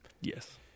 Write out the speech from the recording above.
Yes